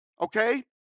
Okay